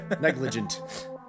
Negligent